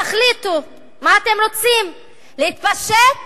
תחליטו מה אתם רוצים, להתפשט